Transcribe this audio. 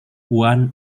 one